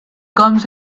comes